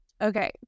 Okay